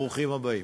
ברוכים הבאים.